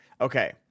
Okay